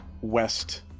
West